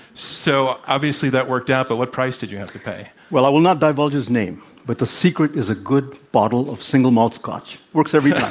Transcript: so, obviously that worked out, but what price did you have to pay? well, i will not divulge his name, but the secret is a good bottle of single-malt scotch. works every time.